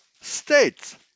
states